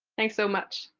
thanks so much.